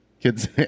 Kids